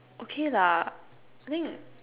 okay lah I think